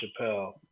Chappelle